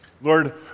Lord